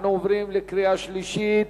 אנחנו עוברים לקריאה שלישית.